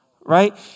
right